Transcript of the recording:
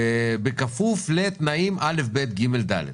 בכפוף לתנאים א', ב', ג', ד'.